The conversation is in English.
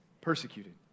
Persecuted